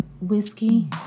whiskey